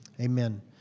amen